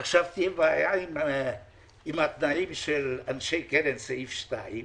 עכשיו תהיה בעיה עם התנאים של אנשי קרן סעיף 2,